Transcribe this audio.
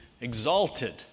exalted